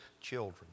children